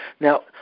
Now